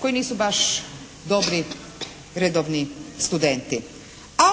koji nisu baš dobri, redovni studenti.